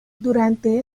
durante